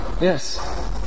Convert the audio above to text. yes